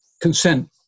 consent